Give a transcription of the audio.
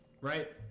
Right